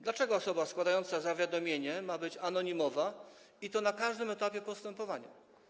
Dlaczego osoba składająca zawiadomienie ma być anonimowa, i to na każdym etapie postępowania?